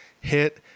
Hit